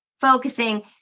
focusing